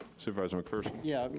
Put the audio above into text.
supervisor mcpherson. yeah,